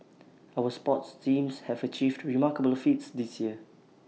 our sports teams have achieved remarkable feats this year